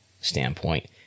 standpoint